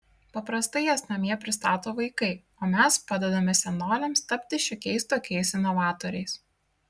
paprastai jas namie pristato vaikai o mes padedame senoliams tapti šiokiais tokiais inovatoriais